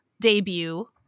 debut